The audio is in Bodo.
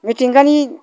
मिथिंगानि